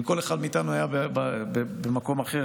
אם כל אחד מאיתנו היה במקום אחר,